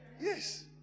Yes